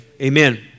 Amen